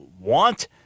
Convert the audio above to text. want